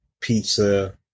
pizza